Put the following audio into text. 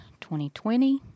2020